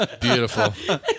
Beautiful